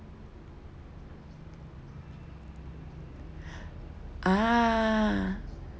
ah